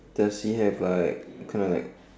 does he have like kinda like